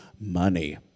money